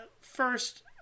First